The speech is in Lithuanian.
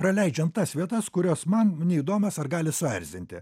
praleidžiant tas vietas kurios man neįdomios ar gali suerzinti